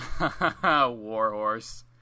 Warhorse